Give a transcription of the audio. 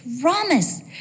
promise